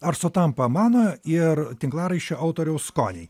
ar sutampa mano ir tinklaraščio autoriaus skoniai